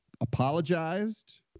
apologized